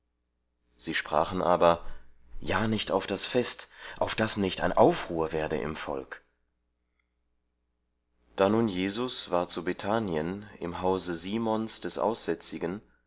sie sprachen aber ja nicht auf das fest auf daß nicht ein aufruhr werde im volk da nun jesus war zu bethanien im hause simons des aussätzigen